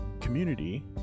community